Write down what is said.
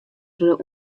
troch